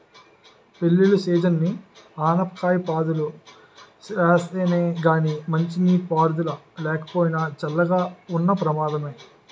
పెళ్ళిళ్ళ సీజనని ఆనపకాయ పాదులు వేసానే గానీ మంచినీటి పారుదల లేకపోయినా, చల్లగా ఉన్న ప్రమాదమే